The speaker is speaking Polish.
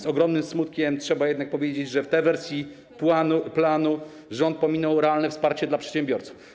Z ogromnym smutkiem trzeba jednak powiedzieć, że w tej wersji planu rząd pominął realne wsparcie dla przedsiębiorców.